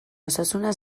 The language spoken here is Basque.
osasuna